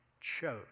chose